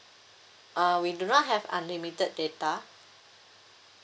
uh we do not have unlimited data